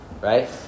right